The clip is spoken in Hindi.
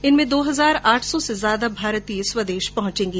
इनसे दो हजार आठ सौ से ज्यादा भारतीय स्वदेश पहुंचेंगे